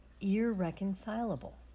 irreconcilable